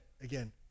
again